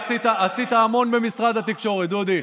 אתה עשית המון במשרד התקשורת, דודי.